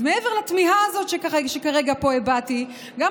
אז מעבר לתמיהה הזאת שהבעתי פה כרגע,